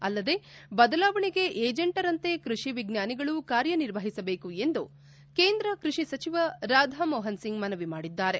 ಅಲ್ಲದೇ ಬದಲಾವಣೆಗೆ ಏಜೆಂಟರಂತೆ ಕೃಷಿ ಏಜ್ವಾನಿಗಳು ಕಾರ್ಯನಿರ್ವಹಿಸಬೇಕು ಎಂದು ಕೇಂದ್ರ ಕೃಷಿ ಸಚಿವ ರಾಧಾ ಮೋಹನ್ ಸಿಂಗ್ ಮನವಿ ಮಾಡಿದ್ದಾರೆ